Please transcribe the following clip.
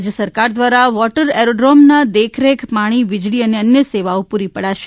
રાજ્ય સરકાર દ્વારા વોટર એરોડ્રોમના દેખરેખ પાણી વીજળી અને અન્ય સેવાઓ પૂરી પડાશે